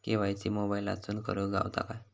KYC मोबाईलातसून करुक गावता काय?